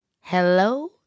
Hello